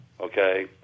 okay